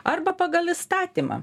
arba pagal įstatymą